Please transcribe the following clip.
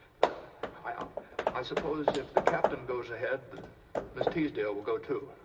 but i i um i suppose if the captain goes ahead, that miss teasdale will go too.